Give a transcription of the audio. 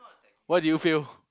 why do you fail